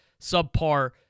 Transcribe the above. subpar